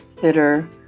fitter